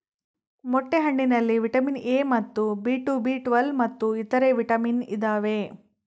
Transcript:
ಮೊಟ್ಟೆ ಹಣ್ಣಿನಲ್ಲಿ vitamin A ಮತ್ತು ಬಿ ಟು ಬಿ ಟ್ವೇಲ್ವ್ ಮತ್ತು ಇತರೆ ವಿಟಾಮಿನ್ ಇದಾವೆ